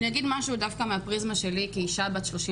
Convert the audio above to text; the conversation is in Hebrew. אני אגיד משהו דווקא מהפריזמה שלי, כאישה בת 35